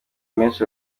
menshi